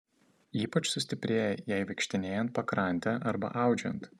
ypač sustiprėja jai vaikštinėjant pakrante arba audžiant